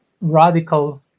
radical